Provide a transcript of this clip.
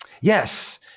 Yes